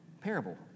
parable